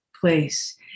place